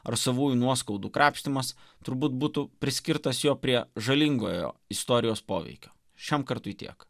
ar savųjų nuoskaudų krapštymas turbūt būtų priskirtas jo prie žalingojo istorijos poveikio šiam kartui tiek